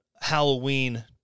Halloween